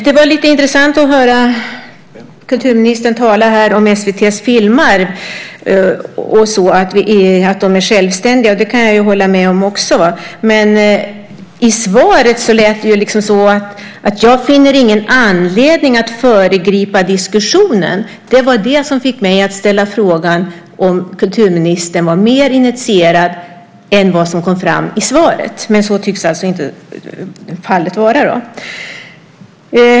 Det var lite intressant att höra kulturministern tala om SVT:s filmarv och att de är självständiga. Det kan jag hålla med om, men i svaret lät det så här: Jag finner ingen anledning att föregripa diskussionen. Det var det som fick mig att ställa frågan om kulturministern var mer initierad än vad som kom fram i svaret. Så tycks alltså inte fallet vara.